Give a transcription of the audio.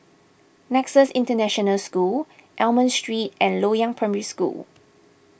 Nexus International School Almond Street and Loyang Primary School